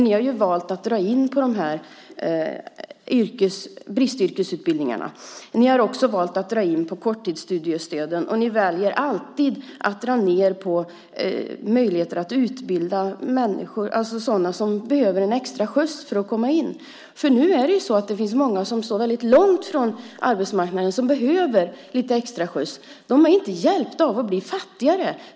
Ni har valt att dra in på de här bristyrkesutbildningarna. Ni har också valt att dra in på korttidsstudiestöden. Ni väljer alltid att dra ned möjligheterna att utbilda sådana som behöver en extra skjuts för att komma in. Det finns många som står väldigt långt från arbetsmarknaden, och de behöver lite extra skjuts. De är inte hjälpta av att bli fattigare.